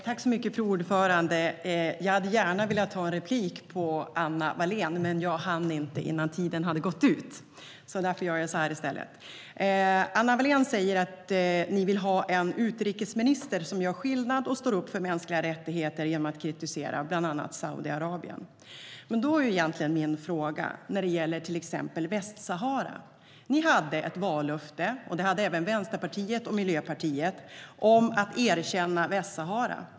Fru talman! Jag hade gärna velat begära replik på Anna Wallén, men jag hann inte innan tiden gått ut, och därför gör jag så här i stället. Då har jag en fråga till Anna Wallén angående Västsahara. Ni, liksom Vänsterpartiet och Miljöpartiet, hade ett vallöfte om att erkänna Västsahara.